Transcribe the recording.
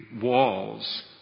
walls